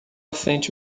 sente